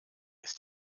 ist